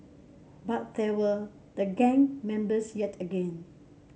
but there were the gun members yet again